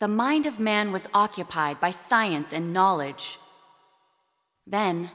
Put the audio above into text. the mind of man was occupied by science and knowledge th